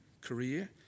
career